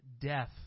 death